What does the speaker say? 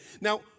Now